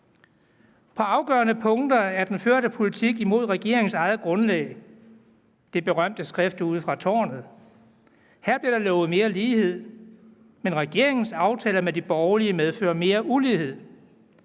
På afgørende punkter går den førte politik imod regeringens eget grundlag – det berømte skrift ude fra tårnet. Her blev der lovet mere lighed, men regeringens aftaler med de borgerlige medfører mere ulighed.